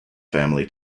family